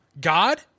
God